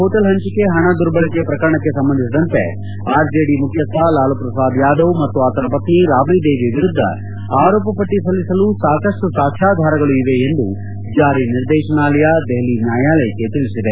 hotel ಹಂಚಿಕೆ ಹಣ ದುರ್ಬಳಕೆ ಪ್ರಕರಣಕ್ಕೆ ಸಂಬಂಧಿಸಿದಂತೆ ಆರ್ಜೆಡಿ ಮುಖ್ಯಸ್ಥ ಲಾಲೂ ಪ್ರಸಾದ್ ಯಾದವ್ ಮತ್ತು ಆತನ ಪತ್ನಿ ರಾಬ್ರಿ ದೇವಿ ವಿರುದ್ದ ಆರೋಪ ಪಟ್ಟಿ ಸಲ್ಲಿಸಲು ಸಾಕಷ್ಟು ಸಾಕ್ಷ್ಯಾಧಾರಗಳು ಇವೆ ಎಂದು ಜಾರಿ ನಿರ್ದೇಶನಾಲಯ ದೆಹಲಿ ನ್ಹಾಯಾಲಯಕ್ತೆ ತಿಳಿಸಿದೆ